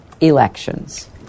elections